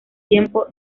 tiempo